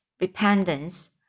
repentance